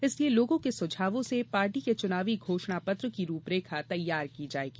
इसलिये लोगों के सुझावों से पार्टी के चनावी घोषणा पत्र की रूपरेखा तैयार की जायेगी